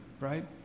Right